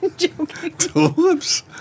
tulips